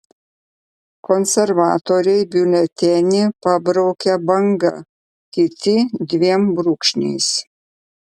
konservatoriai biuletenį pabraukia banga kiti dviem brūkšniais